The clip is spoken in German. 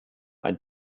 ein